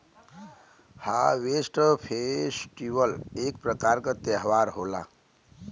harvest festival एक प्रकार क त्यौहार होला